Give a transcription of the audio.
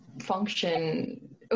function